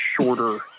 shorter